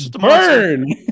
Burn